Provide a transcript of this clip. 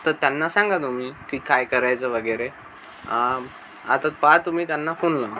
तर त्यांना सांगा तुम्ही की काय करायचं वगैरे आता पहा तुम्ही त्यांना फोन लावा